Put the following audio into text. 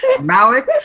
Malik